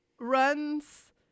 runs